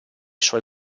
suoi